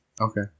Okay